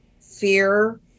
fear